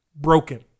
broken